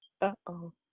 Uh-oh